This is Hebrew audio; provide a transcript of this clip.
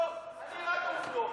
עובדות, אני רק עובדות.